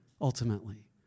ultimately